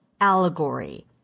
allegory